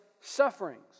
sufferings